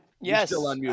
Yes